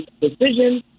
decision